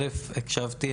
הקשבתי.